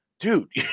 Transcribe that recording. Dude